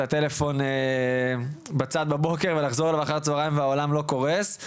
הטלפון הנייד בצד בבוקר ולחזור אליו אחר הצהריים והעולם לא קורס.